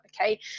Okay